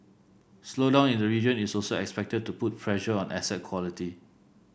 slowdown in the region is also expected to put pressure on asset quality